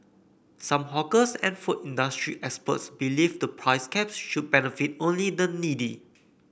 some hawkers and food industry experts believe the price caps should benefit only the needy